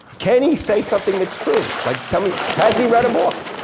can he say something that's true? like, tell me, has he read a book?